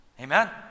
Amen